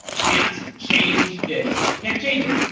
can't change it. can't change it.